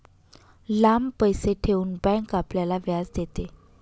लांब पैसे ठेवून बँक आपल्याला व्याज देते